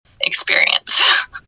experience